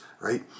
right